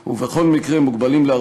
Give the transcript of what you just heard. אמרתם: לא,